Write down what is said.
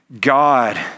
God